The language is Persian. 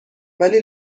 ولی